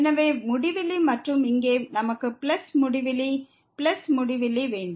எனவே முடிவிலி மற்றும் இங்கே நமக்கு பிளஸ் முடிவிலி பிளஸ் முடிவிலி வேண்டும்